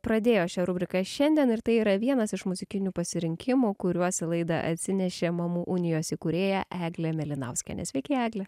pradėjo šią rubriką šiandien ir tai yra vienas iš muzikinių pasirinkimų kuriuos į laidą atsinešė mamų unijos įkūrėja eglė mėlinauskienė sveiki egle